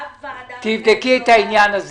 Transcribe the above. תבדקי את העניין.